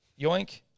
yoink